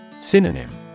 Synonym